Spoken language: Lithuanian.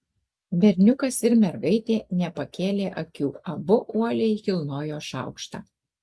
berniukas ir mergaitė nepakėlė akių abu uoliai kilnojo šaukštą